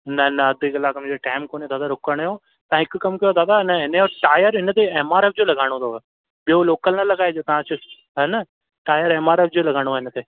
न न अधु कलाक मुंहिंजो टाइम कोने दादा रुकण जो तव्हां हिकु कमु कयो दादा हिनजो टायर हिन ते एम आर एफ जो लॻाइणो अथव ॿियों लोकल न लॻाइजो तव्हां अचो इहा न टायर एम आर एफ जो लॻाइणो आहे हिन ते